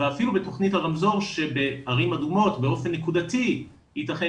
ואפילו בתכנית הרמזור שבערים אדומות באופן נקודתי ייתכן